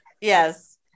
Yes